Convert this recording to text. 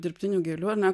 dirbtinių gėlių ar ne